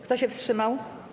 Kto się wstrzymał?